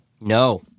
No